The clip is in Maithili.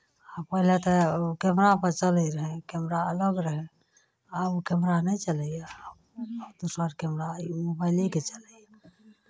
पहिले तऽ ओ कैमरापर चलैत रहै कैमरा अलग रहै आब ओ कैमरा नहि चलैए अहाँ दोसर कैमरा आ ई मोबाइलेके छै